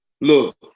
Look